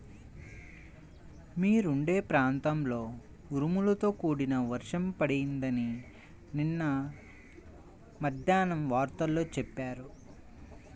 మీరుండే ప్రాంతంలో ఉరుములతో కూడిన వర్షం పడిద్దని నిన్న మద్దేన్నం వార్తల్లో చెప్పారు